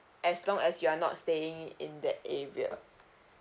as long as you are not staying in that area